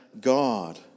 God